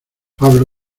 pablo